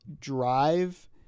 drive